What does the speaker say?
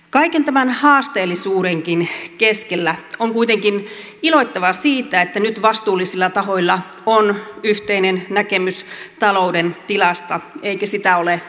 kaiken tämän haasteellisuudenkin keskellä on kuitenkin iloittava siitä että nyt vastuullisilla tahoilla on yhteinen näkemys talouden tilasta eikä sitä ole kaunisteltu